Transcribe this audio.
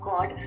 God